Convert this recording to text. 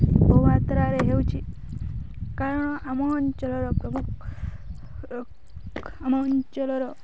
ବହୁମାତ୍ରାରେ ହେଉଛିି କାରଣ ଆମ ଅଞ୍ଚଳର ପ୍ରମୁଖ ଆମ ଅଞ୍ଚଳର